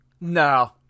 No